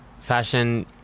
Fashion